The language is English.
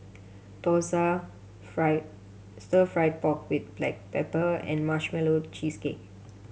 dosa fry Stir Fried Pork With Black Pepper and Marshmallow Cheesecake